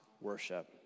worship